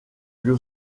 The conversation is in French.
lieu